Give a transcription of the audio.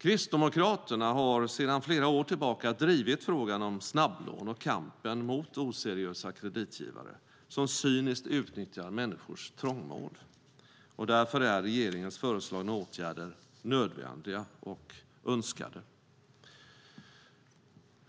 Kristdemokraterna har sedan flera år tillbaka drivit frågan om snabblån och kampen mot oseriösa kreditgivare som syniskt utnyttjar människors trångmål. Därför är regeringens föreslagna åtgärder nödvändiga och önskade.